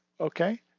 okay